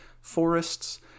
forests